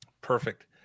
Perfect